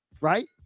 right